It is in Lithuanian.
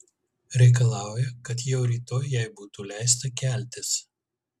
reikalauja kad jau rytoj jai būtų leista keltis